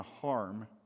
harm